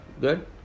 Good